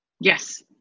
Yes